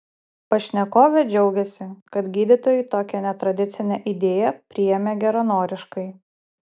pašnekovė džiaugiasi kad gydytojai tokią netradicinę idėją priėmė geranoriškai